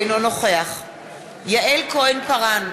אינו נוכח יעל כהן-פארן,